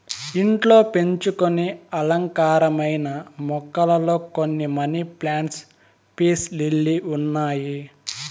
ఇంట్లో పెంచుకొనే అలంకారమైన మొక్కలలో కొన్ని మనీ ప్లాంట్, పీస్ లిల్లీ ఉన్నాయి